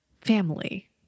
family